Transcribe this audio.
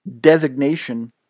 designation